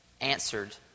answered